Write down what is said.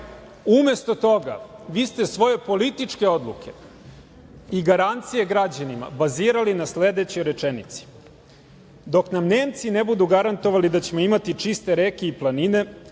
stoga, vi ste svoje političke odluke i garancije građanima bazirali na sledećoj rečenici – dok nam Nemci ne budu garantovali da ćemo imati čiste reke i planine,